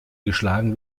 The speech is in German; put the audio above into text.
geschlagen